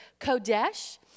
kodesh